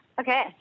Okay